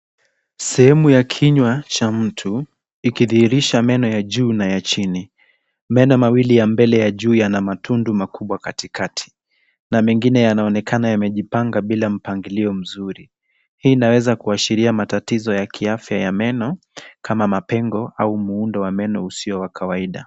Sehemu ya kinywa cha mtu, ikidhirihisha meno ya meno ya juu na chini. Meno mawili ya mbele ya juu yana matundu makubwa, katikati na mengine yanaonekana yamejipanga bila mpangilio mzuri. Hii inaweza kuashiria matatizo ya kiafya ya meno kama mapengo au muundo wa meno usio wa kawaida.